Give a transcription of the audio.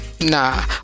nah